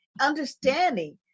understanding